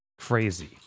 Crazy